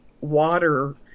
water